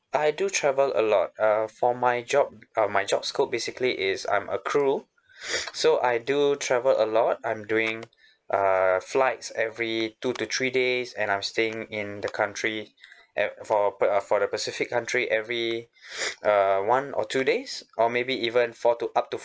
I do travel a lot uh for my job uh my job scope basically is I'm a crew so I do travel a lot I'm doing err flights every two to three days and I'm staying in the country and for per uh for the pacific country every uh one or two days or maybe even four to up to